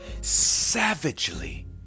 savagely